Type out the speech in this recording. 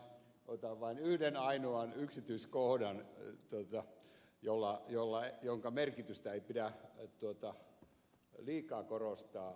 otan vain yhden ainoan yksityiskohdan jonka merkitystä ei pidä liikaa korostaa